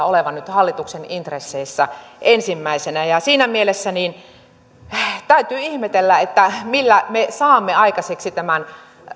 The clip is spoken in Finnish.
olevan nyt hallituksen intresseissä ensimmäisenä ja siinä mielessä täytyy ihmetellä millä me saamme aikaiseksi tämän